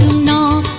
no